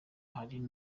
hari